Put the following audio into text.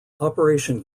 operation